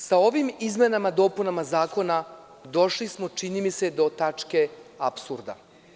Sa ovim izmenama i dopunama zakona došli smo, čini mi se, do tačke apsurda.